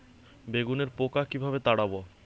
বেগুনের পোকা কিভাবে তাড়াব?